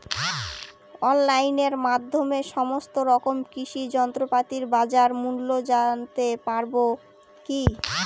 অনলাইনের মাধ্যমে সমস্ত রকম কৃষি যন্ত্রপাতির বাজার মূল্য জানতে পারবো কি?